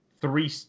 three